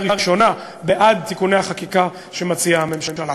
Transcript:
ראשונה בעד תיקוני החקיקה שמציעה הממשלה.